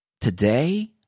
today